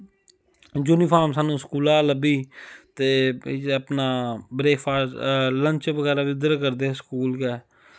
uniform स्हानू स्कूला लब्भी ते भाई अपना ब्रेफॉस्ट लन्च बगैरा बी इध्दर गै करदे हे स्कूल गै